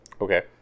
Okay